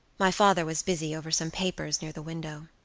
my father was busy over some papers near the window.